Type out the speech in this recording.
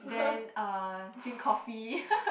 then uh drink coffee